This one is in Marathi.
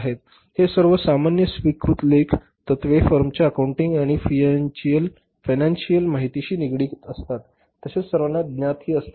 हि सर्व सामान्य स्वीकृत लेख तत्वे फर्मच्या अकाउंटिंग आणि फियांचीअल माहितीशी निगडित असतात तसेच सर्वाना ज्ञात ही असतात